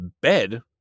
Bed